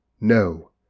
no